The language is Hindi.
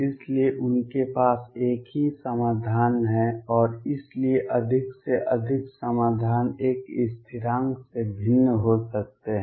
इसलिए उनके पास एक ही समाधान है और इसलिए अधिक से अधिक समाधान एक स्थिरांक से भिन्न हो सकते हैं